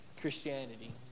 Christianity